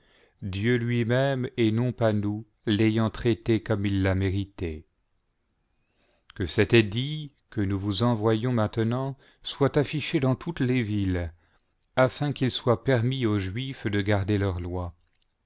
dieu lui-même et non pas nous l'ayant traité comme il l'a mérité que cet édit que nous vous envoyons maintenant soit affiché dans toutes les villes afin qu'il soit permis aux juifs de garder leurs lois